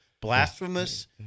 blasphemous